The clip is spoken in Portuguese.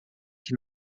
que